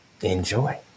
enjoy